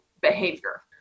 behavior